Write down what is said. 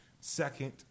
Second